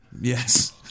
Yes